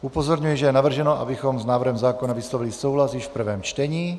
Upozorňuji, že je navrženo, abychom s návrhem zákona vyslovili souhlas již v prvém čtení.